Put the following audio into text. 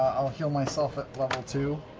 i'll heal myself at level two.